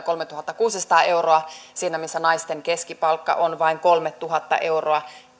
kolmetuhattakuusisataa euroa siinä missä naisten keskipalkka on vain kolmetuhatta euroa